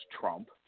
Trump